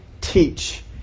teach